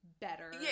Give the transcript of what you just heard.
better